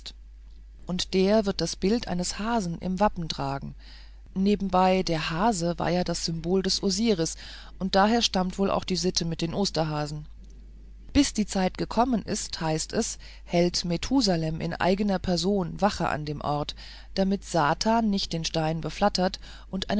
und der wird das bild eines hasen im wappen tragen nebenbei der hase war das symbol des osiris und daher stammt wohl die sitte mit dem osterhasen bis die zeit gekommen ist heißt es hält methusalem in eigener person wache an dem ort damit satan nicht den stein beflattert und